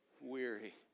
Weary